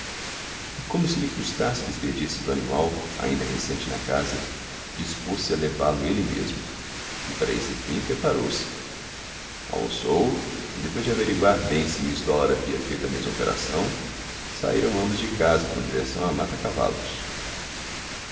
e como se lhe custasse despedir-se do animal ainda recente na casa dispôs-se a levá-lo ele mesmo e para esse fim preparou-se almoçou e depois de averiguar bem se miss dollar havia feito a mesma operação saíram ambos de casa com direção a matacavalos